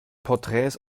porträts